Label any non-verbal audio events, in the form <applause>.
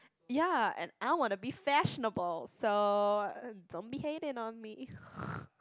ya and I wanna be fashionable so don't be hating on me <noise>